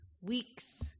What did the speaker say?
weeks